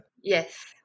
Yes